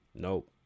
Nope